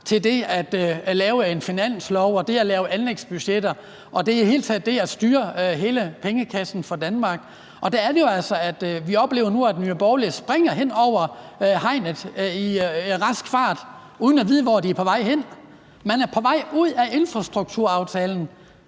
til det at lave en finanslov og det at lave anlægsbudgetter og i det hele taget det at styre hele pengekassen for Danmark. Der er det jo altså, at vi nu oplever, at Nye Borgerlige springer hen over hegnet i rask fart uden at vide, hvor de er på vej hen. Man er på vej ud af infrastrukturaftalen.